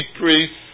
priests